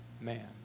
man